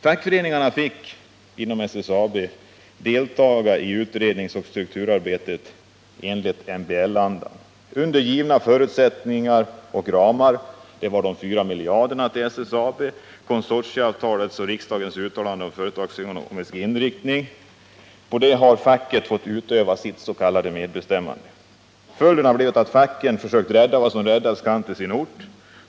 Fackföreningarna inom SSAB fick deltaga i utredningsoch strukturarbetet enligt MBL-andan. Inom givna förutsättningar och ramar — de 4 miljarderna till SSAB, konsortieavtalet och riksdagens uttalande om företagsekonomisk inriktning — har facket fått utöva sitt s.k. medbestämmande. Följden har blivit att fackföreningarna försökt rädda vad som räddas kan till sin ort.